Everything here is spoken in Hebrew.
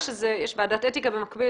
יש ועדת אתיקה במקביל